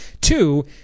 Two